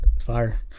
Fire